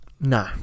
No